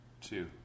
two